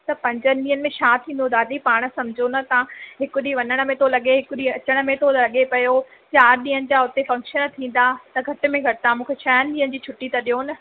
त पंजनि ॾींहंनि में छा थींदो दादी पाण सम्झो ना तव्हां हिकु ॾींहुं वञण में थो लॻे हिकु ॾींहुं अचण में थो लॻे पियो चारि ॾींहंनि जा हुते फंक्शन थींदा त घटि में घटि तव्हां मूंखे छह ॾींहंनि जी छुट्टी त ॾियो न